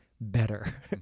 better